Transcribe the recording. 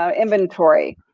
um inventory.